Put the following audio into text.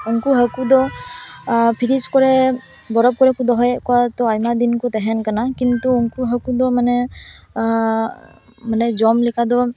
ᱩᱱᱠᱩ ᱦᱟ ᱠᱩ ᱫᱚ ᱯᱷᱤᱨᱤᱡᱽ ᱠᱚᱨᱮ ᱵᱚᱨᱚᱯ ᱠᱚᱨᱮ ᱠᱚ ᱫᱚᱦᱚᱭᱮᱫ ᱠᱚᱣᱟ ᱛᱚ ᱟᱭᱢᱟ ᱫᱤᱱ ᱠᱚ ᱛᱟᱦᱮᱱ ᱠᱟᱱᱟ ᱠᱤᱱᱛᱩ ᱩᱱᱠᱩ ᱦᱟᱹᱠᱩ ᱫᱚ ᱢᱟᱱᱮ ᱢᱟᱱᱮ ᱡᱚᱢ ᱞᱮᱠᱟ ᱫᱚ